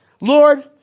Lord